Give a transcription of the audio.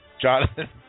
Jonathan